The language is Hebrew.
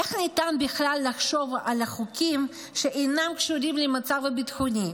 איך ניתן בכלל לחשוב על חוקים שאינם קשורים למצב הביטחוני,